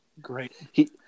great